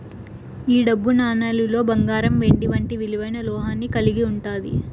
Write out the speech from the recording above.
ఈ డబ్బు నాణేలులో బంగారం వెండి వంటి విలువైన లోహాన్ని కలిగి ఉంటాది